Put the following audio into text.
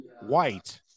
white